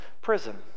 prison